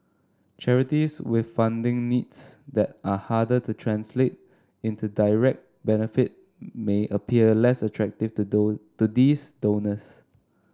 charities with funding needs that are harder to translate into direct benefit may appear less attractive to to these donors